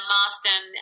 Marston